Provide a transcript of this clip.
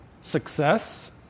success